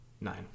nine